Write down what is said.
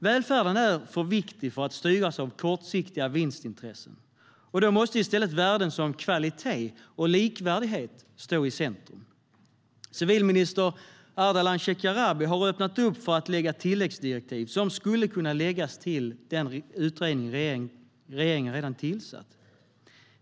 Välfärden är för viktig för att styras av kortsiktiga vinstintressen, och då måste i stället värden som kvalitet och likvärdighet stå i centrum. Civilminister Ardalan Shekarabi har öppnat för att lägga fram tilläggsdirektiv som skulle kunna läggas till den utredning regeringen redan har tillsatt.